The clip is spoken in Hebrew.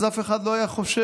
אז אף אחד לא היה חושב